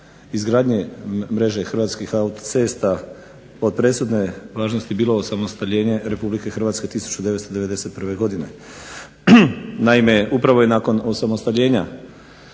izgradnje mreže Hrvatskih autocesta od presudne važnosti bilo osamostaljenje Republike Hrvatske 1991. godine. Naime, upravo je nakon osamostaljena